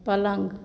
पलंग